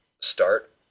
start